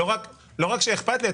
לא רק שאכפת לי,